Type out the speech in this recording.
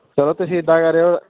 ਚਲੋ ਤੁਸੀਂ ਇੱਦਾਂ ਕਰਿਓ